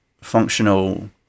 functional